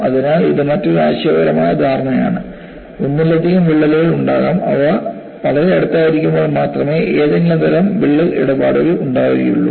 അതിനാൽ ഇത് മറ്റൊരു ആശയപരമായ ധാരണയാണ് ഒന്നിലധികം വിള്ളലുകൾ ഉണ്ടാകാം അവ വളരെ അടുത്തായിരിക്കുമ്പോൾ മാത്രമേ എന്തെങ്കിലും തരം വിള്ളൽ ഇടപെടൽ ഉണ്ടാവുകയുള്ളൂ